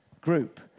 group